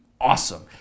awesome